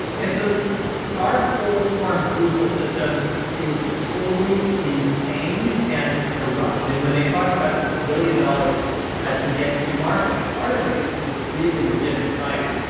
yeah so our whole pharmaceutical system is totally insane and corrupt. and when they talk about this billion dollars ah to get to market, part of it is is really legitimate science.